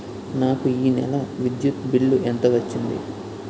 నాకు ఈ నెల విద్యుత్ బిల్లు ఎంత వచ్చింది?